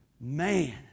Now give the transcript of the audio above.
Man